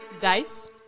Dice